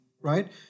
right